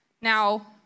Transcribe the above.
Now